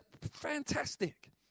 fantastic